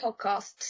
podcasts